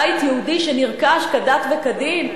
בית יהודי שנרכש כדת וכדין,